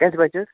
کٔژِ بَجہِ حظ